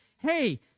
hey